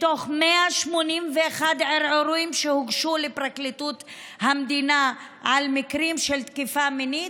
מתוך 181 ערעורים שהוגשו לפרקליטות המדינה על מקרים של תקיפה מינית,